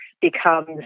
becomes